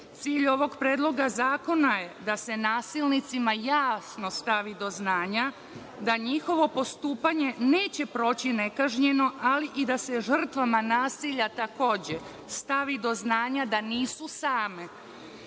ovog Predloga zakona je da se nasilnicima jasno stavi do znanja da njihovo postupanje neće proći nekažnjeno, ali i da se žrtvama nasilja takođe stavi do znanja da nisu same